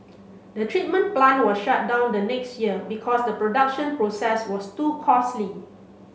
the treatment plant was shut down the next year because the production process was too costly